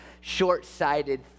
short-sighted